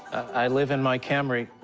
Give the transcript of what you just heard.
i live in my camry.